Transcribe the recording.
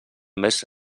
més